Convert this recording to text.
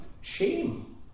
Shame